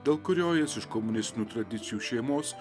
dėl kurio jis iš komunistinių tradicijų šeimos